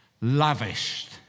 lavished